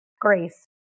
grace